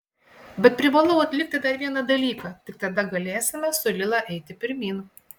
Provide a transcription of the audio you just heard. bet privalau atlikti dar vieną dalyką tik tada galėsime su lila eiti pirmyn